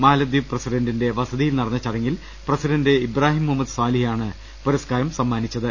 മാലദീപ് പ്രസിഡന്റിന്റെ വസതിയിൽ നടന്ന ചടങ്ങിൽ പ്രസിഡന്റ് ഇബ്രാഹിം മുഹമ്മദ് സ്വാലിയാണ് പുരസ്കാരം സമ്മാനിച്ചത്